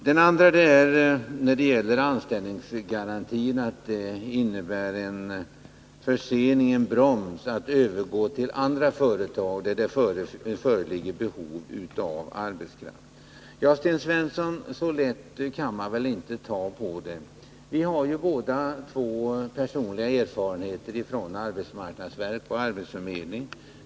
Den andra punkten gäller anställningsgarantin. Den innebär en broms för att övergå till andra företag där det föreligger behov av arbetskraft, säger Sten Svensson. Men så lätt kan man väl inte ta på det här. Vi har båda två personliga erfarenheter från arbetsmarknadsverk och arbetsförmedling.